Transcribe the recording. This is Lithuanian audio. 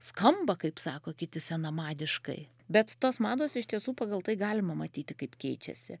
skamba kaip sako kiti senamadiškai bet tos mados iš tiesų pagal tai galima matyti kaip keičiasi